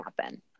happen